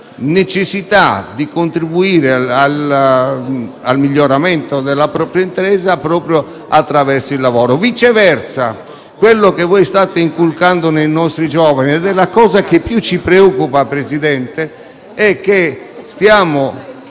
necessità di contribuire al miglioramento della propria impresa proprio attraverso il lavoro. Viceversa, quello che voi state inculcando nei nostri giovani - ed è la cosa che più ci preoccupa, Presidente - è che stiamo